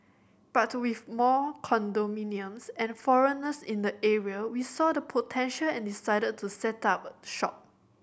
but with more condominiums and foreigners in the area we saw the potential and decided to set up shop